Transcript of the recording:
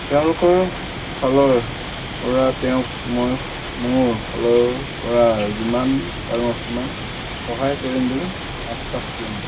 তেওঁলোকৰ ফালৰ পৰা তেওঁক মই মোৰ ফালৰ পৰা যিমান পাৰোঁ সিমান সহায় কৰিম বুলি আশ্বাস দিওঁ